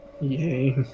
yay